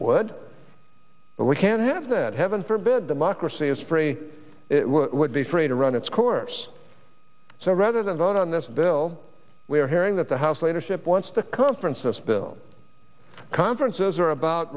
would but we can have that heaven forbid democracy is free it would be free to run its course so rather than vote on this bill we're hearing that the house leadership wants the conference this bill conferences a